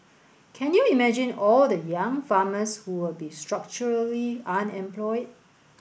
can you imagine all the young farmers who will be structurally unemployed